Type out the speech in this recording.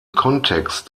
kontext